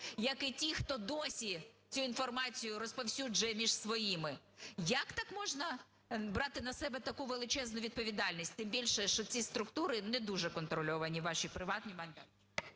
як і ті, хто досі цю інформацію розповсюджує між своїми? Як так можна брати на себе таку величезну відповідальність? Тим більше, що ці структури не дуже контрольовані, ваші приватні майданчики.